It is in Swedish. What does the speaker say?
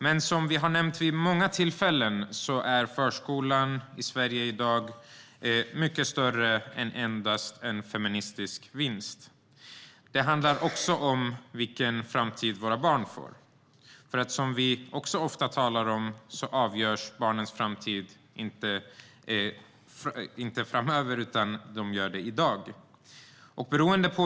Men som vi har nämnt vid många tillfällen är förskolan i Sverige i dag mycket större än endast en feministisk vinst. Det handlar också om vilken framtid våra barn får. Som vi också ofta talar om avgörs barnens framtid inte framöver utan i dag.